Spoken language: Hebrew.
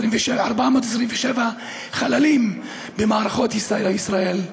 427 חללים במערכות ישראל,